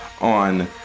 on